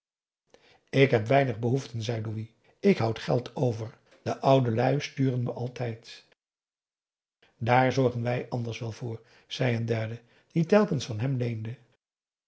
ik heb weinig behoeften zei louis ik houd geld over de oude lui sturen me altijd daar zorgen wij anders wel voor zei een derde die telkens van hem leende